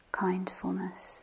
kindfulness